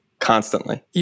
Constantly